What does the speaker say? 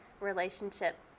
relationship